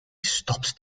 stops